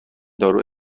دارو